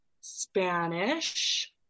Spanish